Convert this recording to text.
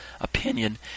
opinion